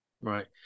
Right